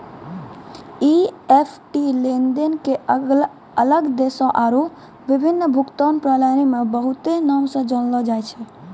EFT लेनदेन के अलग देशो आरु विभिन्न भुगतान प्रणाली मे बहुते नाम से जानलो जाय छै